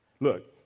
Look